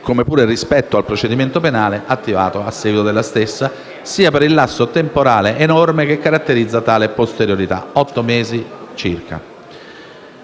come pure rispetto al procedimento penale attivato a seguito della stessa), sia per il lasso temporale enorme che caratterizza tale posteriorità (otto mesi circa).